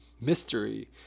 mystery